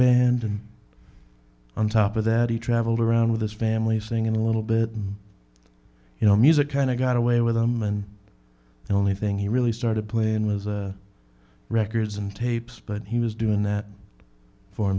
band and on top of that he traveled around with his family's thing in a little bit you know music kind of got away with them and the only thing he really started playing was records and tapes but he was doing that for